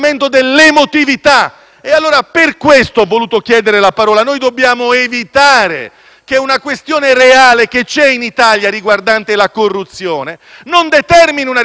Per questo ho voluto chiedere la parola: noi dobbiamo evitare che una questione reale che in Italia esiste e riguarda la corruzione non determini una risposta sbagliata.